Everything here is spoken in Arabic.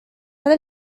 على